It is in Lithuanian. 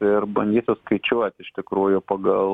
ir bandysiu skaičiuot iš tikrųjų pagal